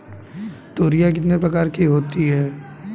तोरियां कितने प्रकार की होती हैं?